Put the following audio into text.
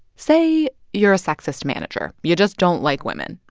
say you're a sexist manager. you just don't like women.